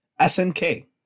SNK